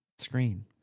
screen